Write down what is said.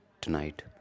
tonight